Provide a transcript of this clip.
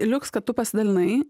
liuks kad tu pasidalinai